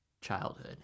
childhood